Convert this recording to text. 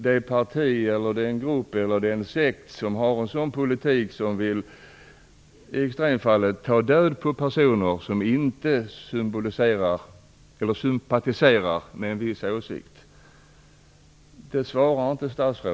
Det kan vara ett parti, en grupp eller en sekt som har en politik som i extremfallet vill ta död på personer som inte sympatiserar med en viss åsikt.